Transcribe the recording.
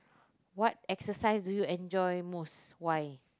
what exercise do you enjoy most why